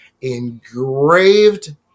engraved